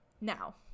Now